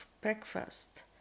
breakfast